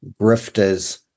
grifters